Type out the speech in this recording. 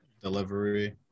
delivery